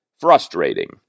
frustrating